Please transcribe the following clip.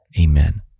Amen